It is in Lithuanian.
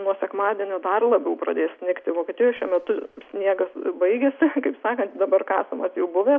nuo sekmadienio dar labiau pradės snigti vokietijoj šiuo metu sniegas baigiasi kaip sakant dabar kasamas jau buvę